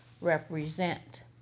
represent